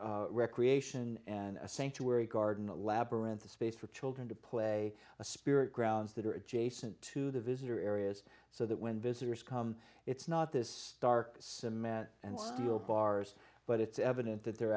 for recreation and a sanctuary garden a labyrinth a space for children to play a spirit grounds that are adjacent to the visitor areas so that when visitors come it's not this stark cement and steel bars but it's evident that the